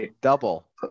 double